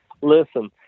listen